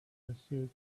pursuit